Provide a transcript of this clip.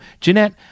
Jeanette